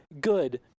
good